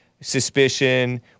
suspicion